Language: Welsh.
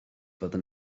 fyddwn